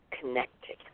connected